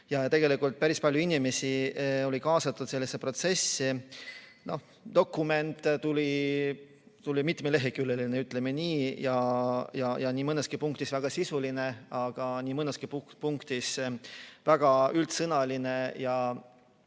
Tegelikult päris palju inimesi oli kaasatud sellesse protsessi. Dokument tuli mitmeleheküljeline, ütleme nii, nii mõneski punktis väga sisuline, aga nii mõneski punktis väga üldsõnaline ja